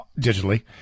digitally